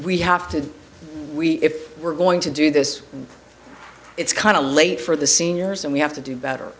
we have to we if we're going to do this it's kind of late for the seniors and we have to do better